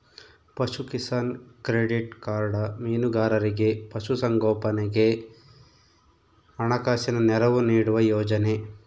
ಪಶುಕಿಸಾನ್ credit card ಮೀನುಗಾರರಿಗೆ ಪಶು ಸಂಗೋಪನೆಗೆ ಹಣಕಾಸಿನ ನೆರವು ನೀಡುವ ಯೋಜನೆ